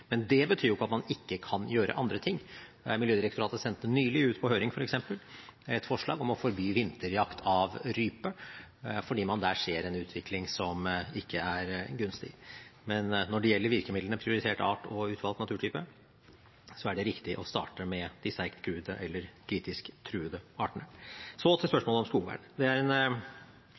Men det betyr ikke at man ikke kan gjøre andre ting. Miljødirektoratet sendte nylig ut på høring f.eks. et forslag om å forby vinterjakt på rype, fordi man der ser en utvikling som ikke er gunstig. Men når det gjelder virkemidlene prioriterte arter og utvalgte naturtyper, er det riktig å starte med de sterkt eller kritisk truede artene. Så til spørsmålet om skogvern. Det må en